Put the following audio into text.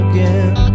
Again